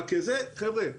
אבל חבר'ה,